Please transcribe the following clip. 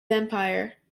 empire